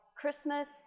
Christmas